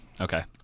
Okay